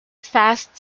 fast